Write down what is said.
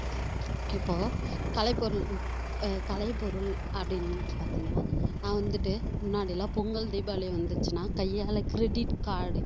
இப்போ கலைப்பொருள் கலைப்பொருள் அப்படின்னு பார்த்தீங்கன்னா நான் வந்துவிட்டு முன்னாடி எல்லாம் பொங்கல் தீபாவளி வந்துச்சுன்னா கையால கிரெடிட் கார்ட்